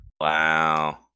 wow